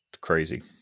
crazy